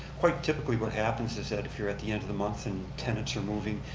quite typically, what happens is that if you're at the end of the month and tenants are moving,